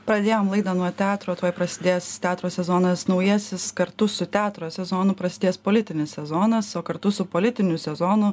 pradėjome laidą nuo teatro tuoj prasidės teatro sezonas naujasis kartu su teatro sezonu prasidės politinis sezonas o kartu su politiniu sezonu